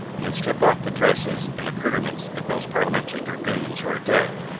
and then strip off the dresses and accouterments of those parliamentary dragoons who are dead,